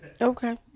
Okay